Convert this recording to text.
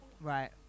right